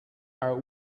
are